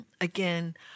Again